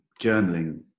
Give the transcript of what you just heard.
journaling